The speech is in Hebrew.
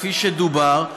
כפי שדובר,